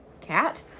cat